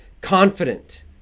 confident